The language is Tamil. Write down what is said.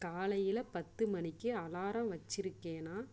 காலையில பத்து மணிக்கு அலாரம் வச்சிருக்கேனா